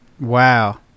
Wow